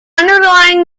underlying